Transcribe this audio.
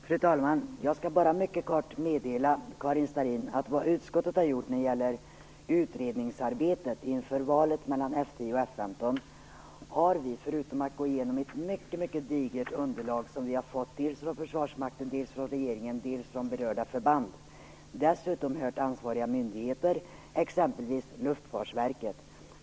Fru talman! Jag skall bara mycket kort meddela Karin Starrin vad utskottet har gjort när det gäller utredningsarbete inför valet mellan F 10 och F 15. Vi har gått igenom ett mycket digert underlag som vi har fått dels från Försvarsmakten, dels från regeringen, dels från berörda förband. Dessutom har vi hört ansvariga myndigheter, exempelvis Luftfartsverket.